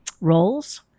roles